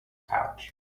pouch